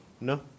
No